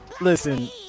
listen